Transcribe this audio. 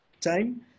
time